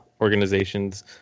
Organization's